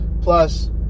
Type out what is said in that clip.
Plus